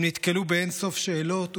הם נתקלו באין-סוף שאלות,